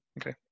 okay